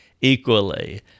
equally